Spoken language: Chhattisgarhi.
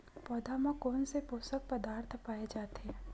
पौधा मा कोन से पोषक पदार्थ पाए जाथे?